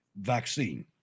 vaccine